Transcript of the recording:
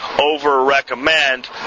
over-recommend